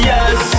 Yes